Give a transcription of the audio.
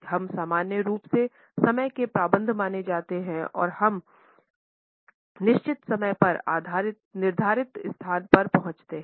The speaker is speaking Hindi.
हम सामान्य रूप से समय के पाबंद माने जाते हैं जब हम निश्चित समय पर निर्धारित स्थान पर पहुंचते हैं